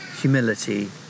humility